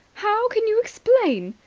how can you explain?